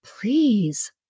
please